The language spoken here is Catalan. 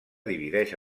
divideix